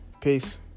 Peace